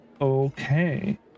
Okay